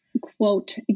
quote